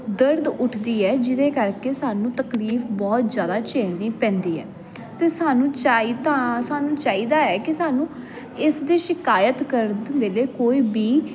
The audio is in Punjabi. ਦਰਦ ਉੱਠਦੀ ਹੈ ਜਿਹਦੇ ਕਰਕੇ ਸਾਨੂੰ ਤਕਲੀਫ ਬਹੁਤ ਜ਼ਿਆਦਾ ਝੇਲਣੀ ਪੈਂਦੀ ਹੈ ਅਤੇ ਸਾਨੂੰ ਚਾਹੀ ਤਾਂ ਸਾਨੂੰ ਚਾਹੀਦਾ ਹੈ ਕਿ ਸਾਨੂੰ ਇਸ ਦੀ ਸ਼ਿਕਾਇਤ ਕਰਨ ਵੇਲੇ ਕੋਈ ਵੀ